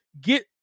get –